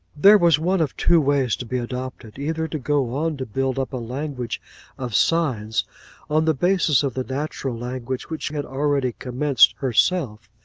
there was one of two ways to be adopted either to go on to build up a language of signs on the basis of the natural language which she had already commenced herself,